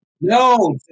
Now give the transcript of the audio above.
No